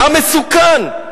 המסוכן,